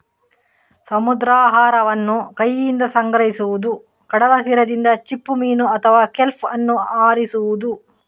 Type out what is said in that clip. ಸಮುದ್ರಾಹಾರವನ್ನು ಕೈಯಿಂದ ಸಂಗ್ರಹಿಸುವುದು, ಕಡಲ ತೀರದಿಂದ ಚಿಪ್ಪುಮೀನು ಅಥವಾ ಕೆಲ್ಪ್ ಅನ್ನು ಆರಿಸುವುದು